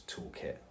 toolkit